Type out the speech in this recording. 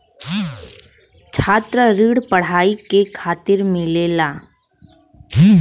छात्र ऋण पढ़ाई के खातिर मिलेला